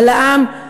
ועל העם,